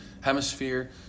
Hemisphere